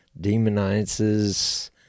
demonizes